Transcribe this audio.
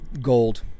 Gold